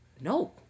No